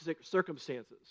circumstances